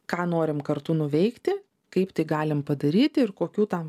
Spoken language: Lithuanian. ką norim kartu nuveikti kaip tai galim padaryti ir kokių tam